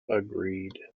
agreed